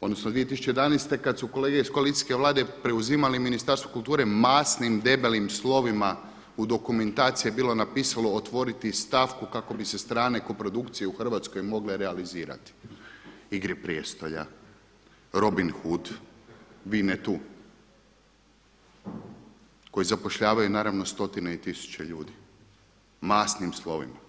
odnosno 2011. kada su kolege iz koalicijske Vlade preuzimali Ministarstvo kulture masnim, debelim slovima u dokumentaciji je bilo napisano otvoriti stavku kako bi se strane koprodukcije u Hrvatskoj mogle realizirati, Igre prijestolja, Robin Hood, Winetou, koji zapošljavaju naravno stotine i tisuće ljudi, masnim slovima.